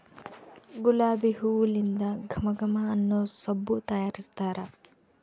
ಗುಲಾಬಿ ಹೂಲಿಂದ ಘಮ ಘಮ ಅನ್ನೊ ಸಬ್ಬು ತಯಾರಿಸ್ತಾರ